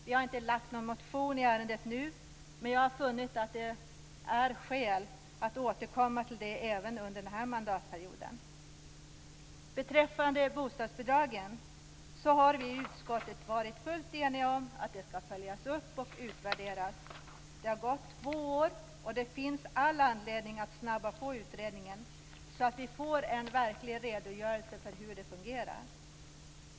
Vi har inte lagt fram något motion i det ärendet nu, men jag har funnit att det finns skäl att återkomma till det även under denna mandatperiod. Vi har i utskottet varit helt eniga om att bostadsbidragen skall följas upp och utvärderas. Det har gått två år, och det finns all anledning att snabba på utredningen, så att vi får en redogörelse för hur det fungerar.